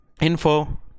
info